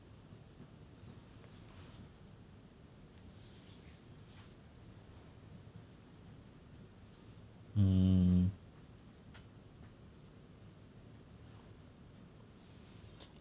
um